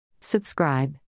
Subscribe